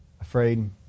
afraid